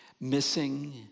Missing